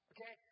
Okay